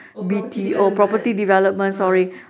P_H property development uh